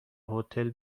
هتل